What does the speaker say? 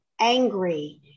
angry